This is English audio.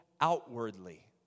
outwardly